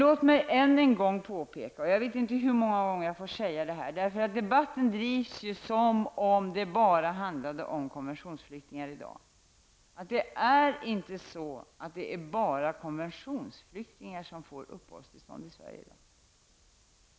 Låt mig än en gång påpeka -- jag vet inte hur månger jag får säga detta, för debatten drivs som om det bara handlade om konventionsflyktingar i dag -- att det inte bara är konventionsflyktingar som får uppehållstillstånd i Sverige i dag.